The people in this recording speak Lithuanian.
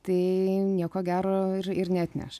tai nieko gero ir ir neatneš